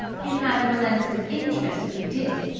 in madame olenska's interest if you did.